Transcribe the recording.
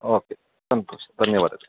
okay ಸಂತೋಷ ಧನ್ಯವಾದ